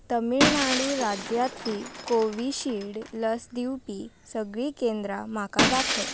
तमिळनाडू राज्यांतलीं कोविशिल्ड लस दिवपी सगळीं केंद्रां म्हाका दाखय